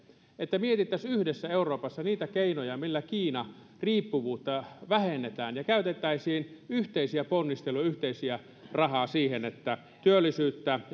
että mietittäisiin euroopassa yhdessä niitä keinoja millä kiina riippuvuutta vähennetään ja käytettäisiin yhteisiä ponnisteluja yhteistä rahaa siihen että työllisyyttä